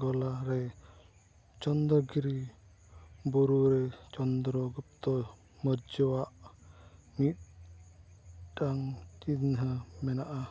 ᱜᱚᱞᱟ ᱨᱮᱱᱟᱜ ᱪᱚᱱᱫᱨᱚ ᱜᱤᱨᱤ ᱵᱩᱨᱩᱨᱮ ᱪᱚᱱᱫᱨᱚᱜᱩᱯᱛᱚ ᱢᱳᱨᱡᱚ ᱟᱜ ᱢᱤᱫᱴᱟᱝ ᱪᱤᱱᱦᱟᱹ ᱢᱮᱱᱟᱜᱼᱟ